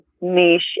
niche